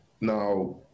now